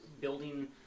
Building